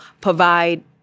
provide